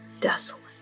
desolate